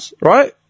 right